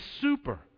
super